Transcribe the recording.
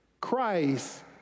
Christ